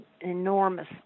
enormous